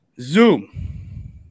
Zoom